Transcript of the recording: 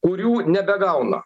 kurių nebegauna